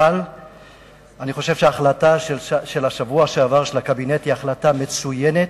אבל אני חושב שההחלטה של השבוע שעבר של הקבינט היא החלטה מצוינת.